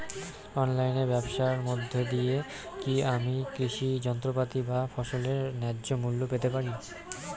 অনলাইনে ব্যাবসার মধ্য দিয়ে কী আমি কৃষি যন্ত্রপাতি বা ফসলের ন্যায্য মূল্য পেতে পারি?